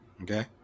Okay